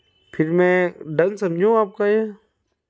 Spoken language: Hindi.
फिर मैं डन समझूँ आपका यह